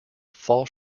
fall